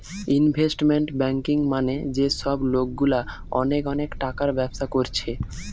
investment banking মানে যে সব লোকগুলা অনেক অনেক টাকার ব্যবসা কোরছে